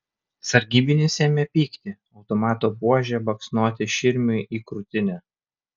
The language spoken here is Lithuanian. sargybinis ėmė pykti automato buože baksnoti širmiui į krūtinę